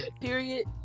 period